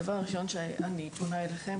הדבר הראשון שאני פונה אליכם,